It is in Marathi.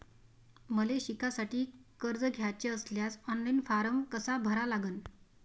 मले शिकासाठी कर्ज घ्याचे असल्यास ऑनलाईन फारम कसा भरा लागन?